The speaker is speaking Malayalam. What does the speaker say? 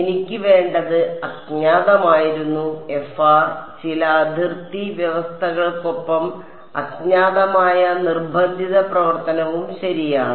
എനിക്ക് വേണ്ടത് അജ്ഞാതമായിരുന്നു ചില അതിർത്തി വ്യവസ്ഥകൾക്കൊപ്പം അജ്ഞാതമായ നിർബന്ധിത പ്രവർത്തനവും ശരിയാണ്